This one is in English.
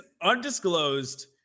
undisclosed